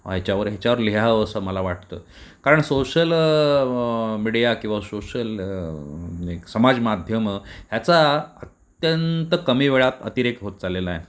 ह्याच्यावर ह्याच्यावर लिहावं असं मला वाटतं कारण सोशल मीडिया किंवा सोशल एक समाज माध्यमं ह्याचा अत्यंत कमी वेळात अतिरेक होत चाललेला आहे